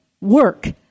work